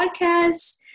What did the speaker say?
podcast